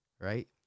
right